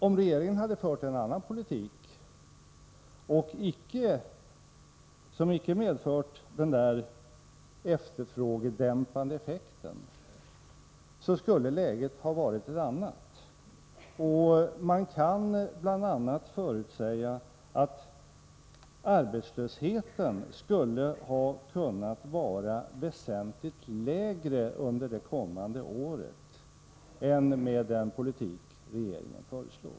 Om regeringen hade fört en annan politik, som icke haft den här efterfrågedämpande effekten, skulle läget alltså ha varit ett annat. Man kan bl.a. förutsäga att arbetslösheten skulle ha kunnat vara väsentligt lägre under det kommande året än med den politik regeringen föreslår.